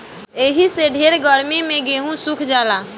एही से ढेर गर्मी मे गेहूँ सुख जाला